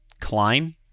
Klein